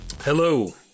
Hello